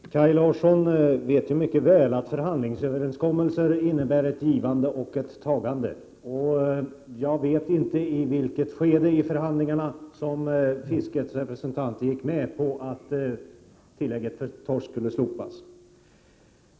Herr talman! Kaj Larsson vet mycket väl att förhandlingsöverenskommelser innebär ett givande och ett tagande. Jag vet inte i vilket skede av förhandlingarna fiskarnas representanter gick med på att tillägget till torsk skulle lopas.